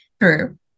True